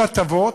הכול הטבות,